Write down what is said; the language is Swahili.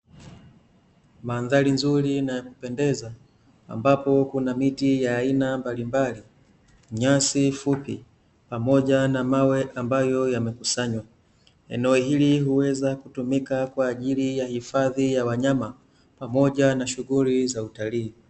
Mandhari nzuri na ya kupendeza, ambapo kuna miti ya aina mbalimbali, nyasi fupi pamoja na mawe ambayo yamekusanywa, eneo hili huweza kutumika kwa ajili ya hifadhi ya wanyama pamoja na shughuli za utalii.